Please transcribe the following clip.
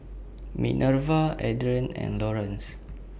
Minerva Adrien and Lorenz